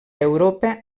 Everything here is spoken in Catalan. europa